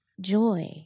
Joy